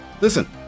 Listen